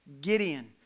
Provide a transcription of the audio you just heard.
Gideon